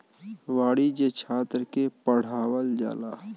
वाणिज्य छात्र के पढ़ावल जाला